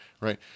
right